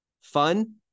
fun